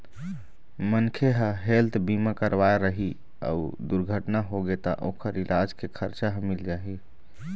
मनखे ह हेल्थ बीमा करवाए रही अउ दुरघटना होगे त ओखर इलाज के खरचा ह मिल जाही